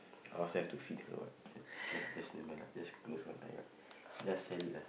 I also have to feed her what then K lah just never mind lah just close one eye lah just sell it lah